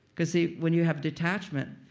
cause see, when you have detachment,